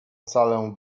salę